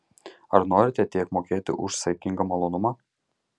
ar norite tiek mokėti už saikingą malonumą